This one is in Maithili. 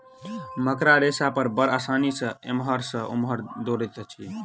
मकड़ा रेशा पर बड़ आसानी सॅ एमहर सॅ ओमहर दौड़ैत अछि